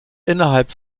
innerhalb